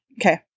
Okay